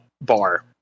bar